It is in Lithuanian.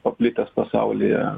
paplitęs pasaulyje